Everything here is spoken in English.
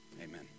Amen